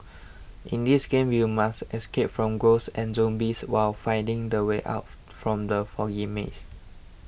in this game you must escape from ghosts and zombies while finding the way out from the foggy maze